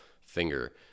finger